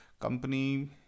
company